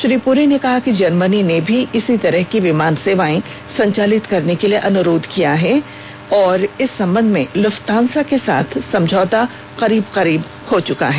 श्री पुरी ने कहा कि जर्मनी ने भी इसी तरह की विमान सेवाएं संचालित करने के लिए अनुरोध किया है और इस संबंध में लुफ्तांसा के साथ समझौता करीब करीब हो चुका है